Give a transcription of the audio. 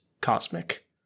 cosmic